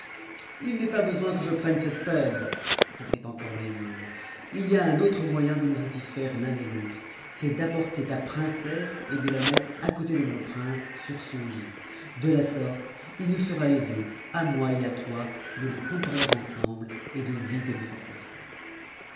h n'est pas besoin que je prenne cette peine reprit encore maimoune il y a un autre moyen de nous satisfaire l'un et l'autre c'est d'a porter ta princesse et de la mettre à côté de mon prince sur son iit de la sorte il nous sera aisé à moi et à toi de les comparer ensemble et de vider notre